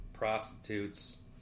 Prostitutes